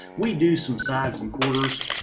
we do some sides and quarters